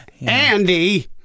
Andy